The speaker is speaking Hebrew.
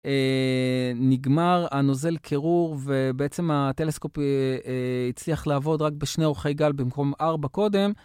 נגמר הנוזל קירור ובעצם הטלסקופ הצליח לעבוד רק בשני אורכי גל במקום ארבע קודם.